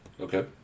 Okay